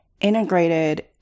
integrated